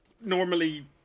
normally